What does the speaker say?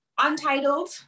untitled